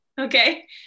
Okay